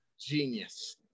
genius